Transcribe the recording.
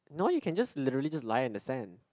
no you can just literally just lie on the sand